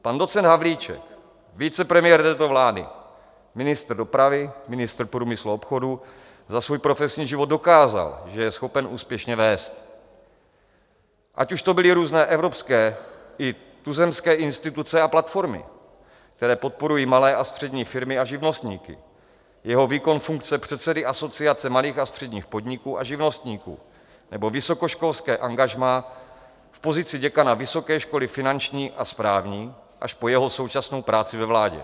Pan docent Havlíček, vicepremiér této vlády, ministr dopravy, ministr průmyslu a obchodu, za svůj profesní život dokázal, že je schopen úspěšně vést, ať už to byly různé evropské i tuzemské instituce a platformy, které podporují malé a střední firmy a živnostníky, jeho výkon funkce předsedy Asociace malých a středních podniků a živnostníků nebo vysokoškolské angažmá v pozici děkana Vysoké školy finanční a správní až po jeho současnou práci ve vládě.